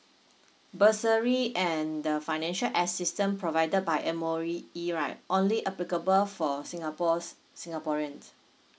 bursary and the financial assistance provided by M_O_E right only applicable for singapore singaporeans